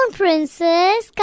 princess